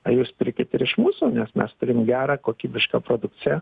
a jūs pirkit ir iš mūsų nes mes turim gerą kokybišką produkciją